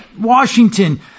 Washington